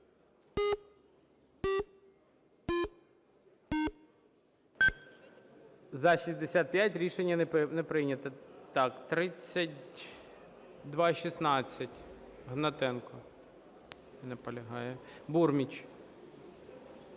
За-65 Рішення не прийнято. Так, 3216, Гнатенко. Не наполягає. Бурміч,